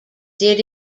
did